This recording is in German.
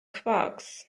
quarks